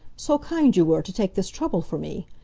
so kind you were, to take this trouble for me.